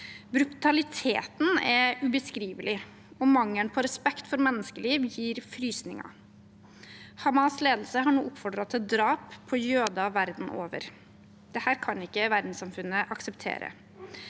Brutaliteten er ubeskrivelig, og mangelen på respekt for menneskeliv gir frysninger. Hamas’ ledelse har nå oppfordret til drap på jøder verden over. Dette kan ikke verdenssamfunnet akseptere.